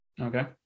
Okay